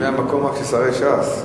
זה רק המקום של שרי ש"ס.